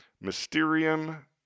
Mysterium